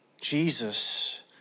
Jesus